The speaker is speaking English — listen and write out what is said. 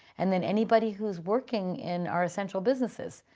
and then anybody who's working in our central businesses.